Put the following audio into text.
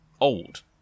old